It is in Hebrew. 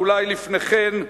ואולי לפני כן,